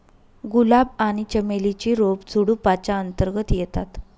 गुलाब आणि चमेली ची रोप झुडुपाच्या अंतर्गत येतात